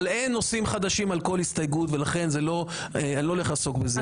אבל אין נושאים חדשים על כל הסתייגות ולכן אני לא הולך לעסוק בזה.